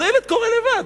אז הילד קורא לבד.